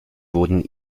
wurden